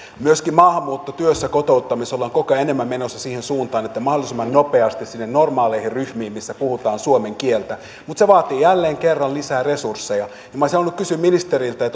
myöskin maahanmuuttotyössä kotouttamisessa ollaan koko ajan enemmän menossa siihen suuntaan että mahdollisimman nopeasti sinne normaaleihin ryhmiin missä puhutaan suomen kieltä mutta se vaatii jälleen kerran lisää resursseja ja olisin halunnut kysyä ministeriltä